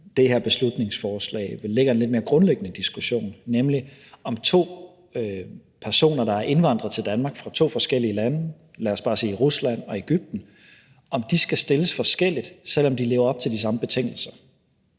det her beslutningsforslag ligger en lidt mere grundlæggende diskussion, nemlig om to personer, der er indvandret til Danmark fra to forskellige lande – lad os bare sige Rusland og Egypten – skal stilles forskelligt, selv om de lever op til de samme betingelser?